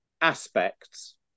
aspects